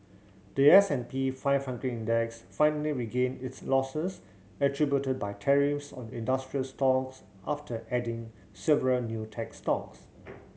the S and P five hundred Index finally regained its losses attributed by tariffs on industrial stocks after adding several new tech stocks